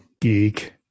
geek